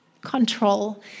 control